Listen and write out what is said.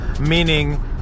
meaning